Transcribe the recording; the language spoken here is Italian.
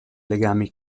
legami